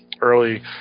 early